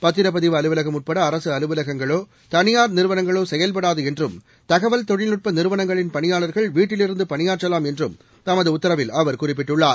பத்திரப்பதிவு அலுவலகம் உட்பட அரசு அலுவலகங்களோ தனியாா் நிறுவளங்களோ செயல்படாது என்றும் தகவல் தொழில்நுட்ப நிறுவனங்களின் பணியாளர்கள் வீட்டிலிருந்து பணியாற்றிலாம் என்றும் தமது உத்தரவில் அவர் குறிப்பிட்டுள்ளார்